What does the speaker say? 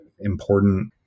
important